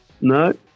no